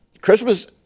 Christmas